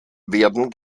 werden